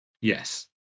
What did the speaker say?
yes